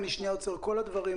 אני עוצר אותך לשנייה.